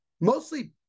mostly